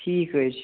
ٹھیٖک حظ چھُ